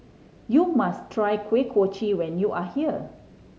you must try Kuih Kochi when you are here